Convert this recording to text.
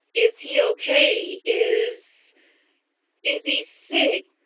is he okay? is is he sick?